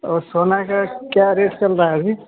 और सोने का क्या रेट चल रहा है अभी